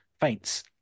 faints